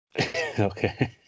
Okay